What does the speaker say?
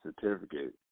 certificate